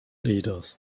leaders